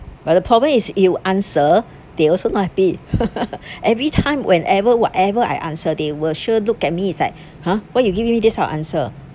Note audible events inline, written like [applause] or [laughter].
but the problem is you answered they're also not happy [laughs] every time whenever whatever I answered they will sure look at me it's like !huh! why you give me this type of answer